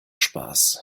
spaß